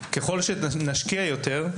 ככל שנשקיע יותר,